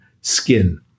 skin